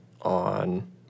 on